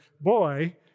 boy